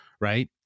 right